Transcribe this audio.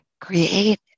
create